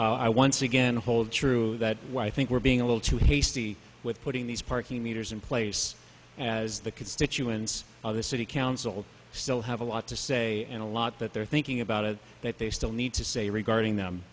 i once again hold true that why i think we're being a little too hasty with putting these parking meters in place as the constituents of the city council still have a lot to say and a lot that they're thinking about it that they still need to say regarding them